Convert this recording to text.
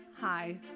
Hi